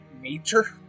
Nature